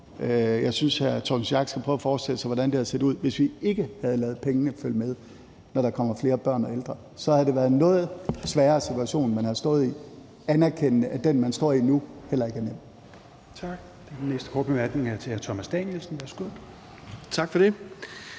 jeg synes, at hr. Torsten Schack Pedersen skulle prøve at forestille sig, hvordan det havde set ud, hvis vi ikke havde ladet pengene følge med, når der kommer flere børn og ældre. Så havde det været en noget sværere situation, man havde stået i, anerkendende at den, man står i nu, heller ikke er nem.